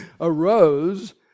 arose